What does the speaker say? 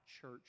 church